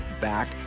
back